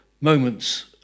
moments